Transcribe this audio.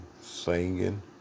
singing